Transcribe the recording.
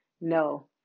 No